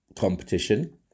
competition